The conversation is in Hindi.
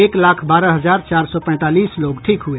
एक लाख बारह हजार चार सौ पैंतालीस लोग ठीक हुए